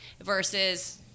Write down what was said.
versus